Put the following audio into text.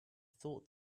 thought